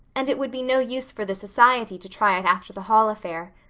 and it would be no use for the society to try it after the hall affair.